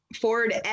Ford